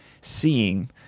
seeing